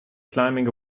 climbing